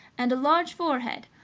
and a large forehead,